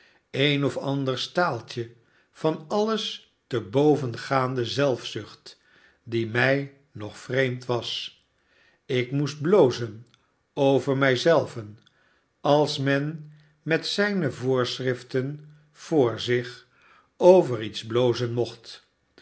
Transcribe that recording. een of ander staaltje van alles te boven gaande zelfzucht die mij nog vreemd was ik moest blozen over mij zelven als men met zijne voorschriften voor zich over iets blozen mocht